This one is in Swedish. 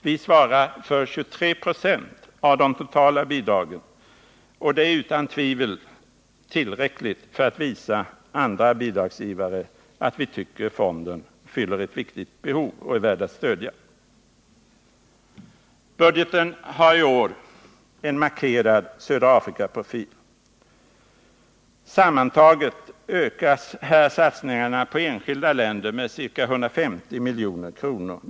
Vi svarar för 23 96 av det totala bidraget, och det är utan tvivel tillräckligt för att visa andra bidragsgivare att vi tycker fonden fyller ett viktigt behov och är värd att stödja. Budgeten har i år en ännu mer markerad södra-A frika-profil. Sammantaget ökas här satsningarna på enskilda länder med ca 150 milj.kr.